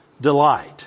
delight